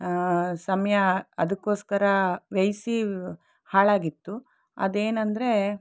ಸಮಯ ಅದಕ್ಕೋಸ್ಕರ ವ್ಯಯಿಸಿ ಹಾಳಾಗಿತ್ತು ಅದೇನಂದ್ರೆ